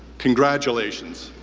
congratulations.